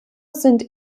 sind